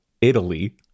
Italy